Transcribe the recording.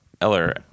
Eller